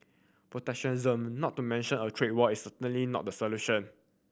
protectionism not to mention a trade war is certainly not the solution